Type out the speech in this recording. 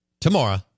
tomorrow